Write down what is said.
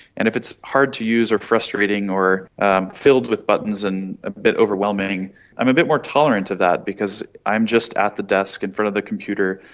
and if it's hard to use or frustrating or filled with buttons and a bit overwhelming i'm a bit more tolerant of that because i'm just at the desk in front of the computer,